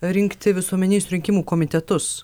rinkti visuomeninius rinkimų komitetus